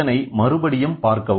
இதனை மறுபடியும் பார்க்கவும்